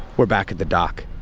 we're back at the dock.